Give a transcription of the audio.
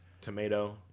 Tomato